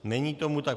Není tomu tak.